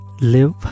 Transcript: Live